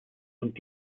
und